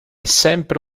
sempre